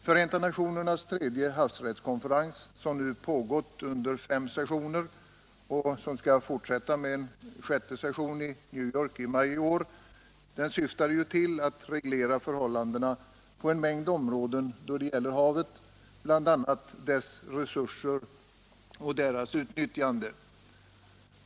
Förenta nationernas tredje havsrättskonferens, som nu har pågått under fem sessioner och som skall fortsätta med den sjätte sessionen i New York i maj i år, syftade ju till att reglera förhållandena på en mängd områden då det gäller havet, bl.a. dess resurser och deras utnyttjande.